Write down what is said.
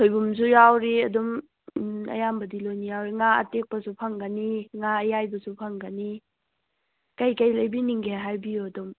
ꯁꯣꯏꯕꯨꯝꯁꯨ ꯌꯥꯎꯔꯤ ꯑꯗꯨꯝ ꯑꯌꯥꯝꯕꯗꯤ ꯂꯣꯏꯅ ꯌꯥꯎꯔꯤ ꯉꯥ ꯑꯇꯦꯛꯄꯁꯨ ꯐꯪꯒꯅꯤ ꯉꯥ ꯑꯌꯥꯏꯕꯁꯨ ꯐꯪꯒꯅꯤ ꯀꯩꯀꯩ ꯂꯩꯕꯤꯅꯤꯡꯒꯦ ꯍꯥꯏꯕꯤꯌꯨ ꯑꯗꯨꯝ